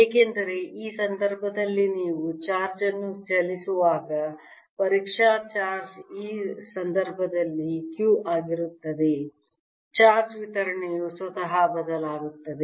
ಏಕೆಂದರೆ ಈ ಸಂದರ್ಭದಲ್ಲಿ ನೀವು ಚಾರ್ಜ್ ಅನ್ನು ಚಲಿಸುವಾಗ ಪರೀಕ್ಷಾ ಚಾರ್ಜ್ ಈ ಸಂದರ್ಭದಲ್ಲಿ q ಆಗಿರುತ್ತದೆ ಚಾರ್ಜ್ ವಿತರಣೆಯು ಸ್ವತಃ ಬದಲಾಗುತ್ತದೆ